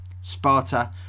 Sparta